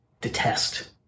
detest